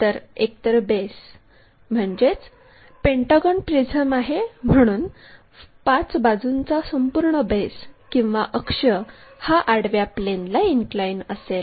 तर एकतर बेस म्हणजेच पेंटागॉन प्रिझम आहे म्हणून 5 बाजूंचा संपूर्ण बेस किंवा अक्ष हे आडव्या प्लेनला इनक्लाइन असेल